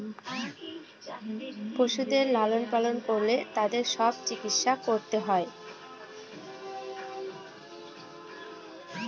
পশুদের লালন পালন করলে তাদের সব চিকিৎসা করতে হয়